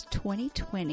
2020